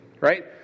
right